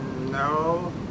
No